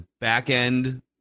back-end